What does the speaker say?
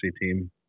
team